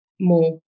more